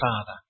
Father